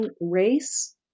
race